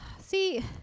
See